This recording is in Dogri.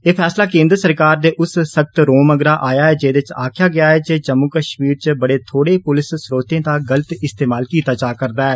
एह् फैसला केन्द्र सरकार दे उस सख्त रौं मगरा आया जेदे च आक्खेआ गेदा ऐ जे जम्मू कश्मीर च थोड़े पुलस स्रोतें दा गलत इस्तेमाल कीता जा करदा ऐ